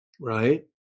right